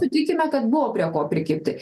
sutikime kad buvo prie ko prikibti